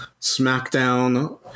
SmackDown